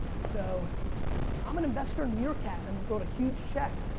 so i'm an investor in meerkat and wrote a huge check.